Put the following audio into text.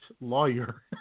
lawyer